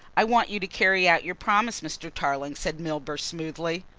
i want you to carry out your promise, mr. tarling, said milburgh smoothly.